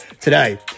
today